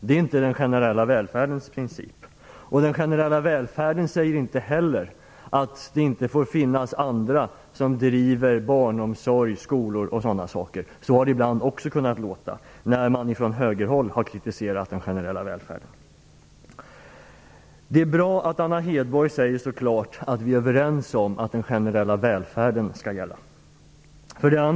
Det är inte den generella välfärdens princip. Den generella välfärden säger inte heller att det inte får finnas andra som driver barnomsorg, skolor m.m. Så har det ibland också kunnat låta när man från högerhåll har kritiserat den generella välfärden. Det är bra att Anna Hedborg säger så klart att vi är överens om att den generella välfärden skall gälla.